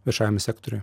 viešajam sektoriui